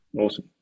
Awesome